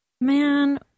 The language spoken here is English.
Man